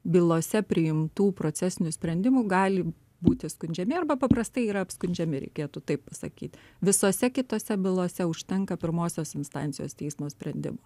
bylose priimtų procesinių sprendimų gali būti skundžiami arba paprastai yra apskundžiami reikėtų taip sakyt visose kitose bylose užtenka pirmosios instancijos teismo sprendimų